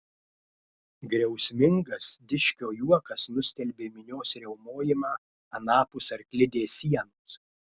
griausmingas dičkio juokas nustelbė minios riaumojimą anapus arklidės sienos